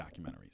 documentaries